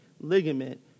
ligament